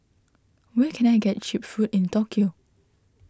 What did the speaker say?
where can I get Cheap Food in Tokyo